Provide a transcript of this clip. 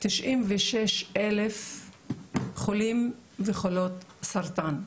ל-96,000 חולים וחולות סרטן.